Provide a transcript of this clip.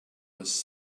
was